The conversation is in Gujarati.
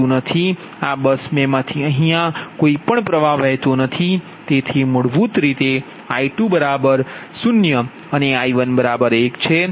તેથી આ બસ 2 માંથી અહીં પ્ર્વાહ 2 મૂળભૂત રીતે આ I20 અનેI11 છે